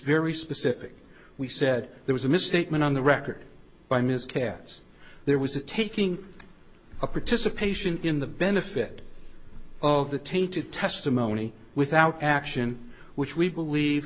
very specific we said there was a misstatement on the record by ms katz there was a taking a participation in the benefit of the tainted testimony without action which we believe